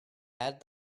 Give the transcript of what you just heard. add